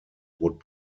would